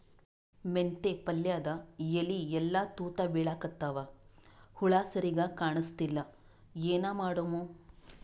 ಮೆಂತೆ ಪಲ್ಯಾದ ಎಲಿ ಎಲ್ಲಾ ತೂತ ಬಿಳಿಕತ್ತಾವ, ಹುಳ ಸರಿಗ ಕಾಣಸ್ತಿಲ್ಲ, ಏನ ಮಾಡಮು?